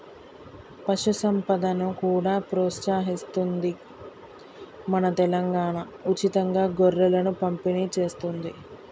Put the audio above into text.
పశు సంపదను కూడా ప్రోత్సహిస్తుంది మన తెలంగాణా, ఉచితంగా గొర్రెలను పంపిణి చేస్తుంది